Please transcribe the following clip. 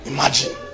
Imagine